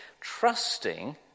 trusting